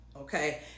okay